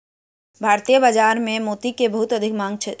भारतीय बाजार में मोती के बहुत अधिक मांग अछि